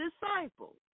disciples